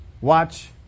watch